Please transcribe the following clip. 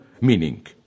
meaning